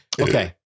Okay